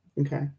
Okay